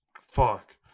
Fuck